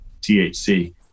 THC